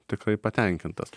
tikrai patenkintas